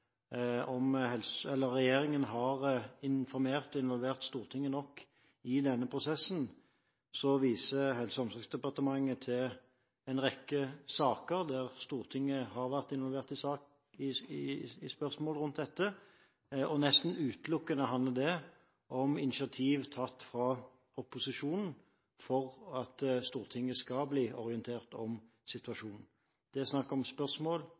om regjeringen har informert og involvert Stortinget nok i denne prosessen, viser Helse- og omsorgsdepartementet til en rekke saker der Stortinget har vært involvert, og det handler nesten utelukkende om initiativ opposisjonen har tatt for at Stortinget skal bli orientert om situasjonen. Det er snakk om spørsmål,